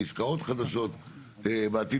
לעסקאות חדשות בעתיד,